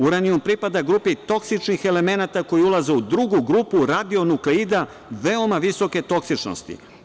Uranijum pripada grupi toksičnih elemenata koji ulaze u drugu grupu radio nukleida veoma visoke toksičnosti.